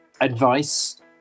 advice